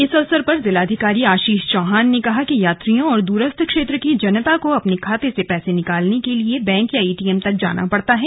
इस अवसर पर जिलाधिकारी आशीष चौहान ने कहा कि यात्रियों और दूरस्थ क्षेत्र की जनता को अपने खाते से पैसे निकालने के लिए बैंक या एटीएम तक जाना पड़ता है